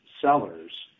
sellers